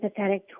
empathetic